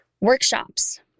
workshops